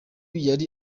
yari